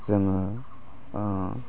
जोङो